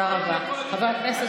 אלכס,